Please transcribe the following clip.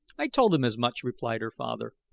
i told him as much, replied her father,